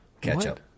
Ketchup